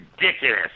ridiculous